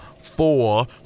four